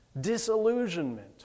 disillusionment